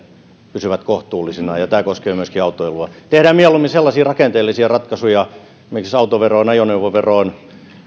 pysyvät kohtuullisina ja ja tämä koskee myöskin autoilua tehdään mieluummin sellaisia rakenteellisia ratkaisuja esimerkiksi autoveroon ajoneuvoveroon